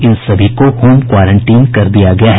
इन सभी को home quarantine कर दिया गया है